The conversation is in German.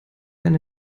eine